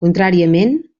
contràriament